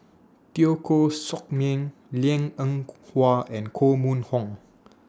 Teo Koh Sock Miang Liang Eng Hwa and Koh Mun Hong